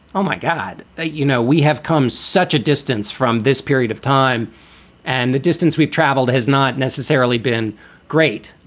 oh, my god, that, you know, we have come such a distance from this period of time and the distance we've traveled has not necessarily been great.